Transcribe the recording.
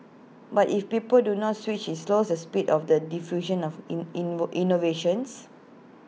but if people do not switch IT slows the speed of the diffusion of in in innovations